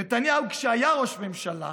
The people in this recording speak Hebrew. נתניהו, כשהיה ראש ממשלה,